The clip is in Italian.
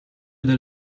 del